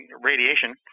radiation